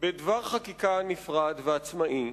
בדבר חקיקה נפרד ועצמאי,